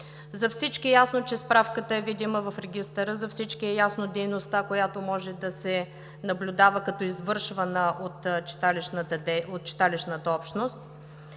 За всички е ясно, че справката е видима в Регистъра. За всички е ясна дейността, която може да се наблюдава като извършвана от читалищната общност.